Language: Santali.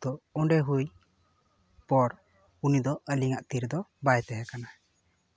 ᱛᱚ ᱚᱸᱰᱮ ᱦᱩᱭ ᱯᱚᱨ ᱩᱱᱤ ᱫᱚ ᱟᱹᱞᱤᱧᱟᱜ ᱛᱤ ᱨᱮᱫᱚ ᱵᱟᱭ ᱛᱟᱦᱮᱸ ᱠᱟᱱᱟ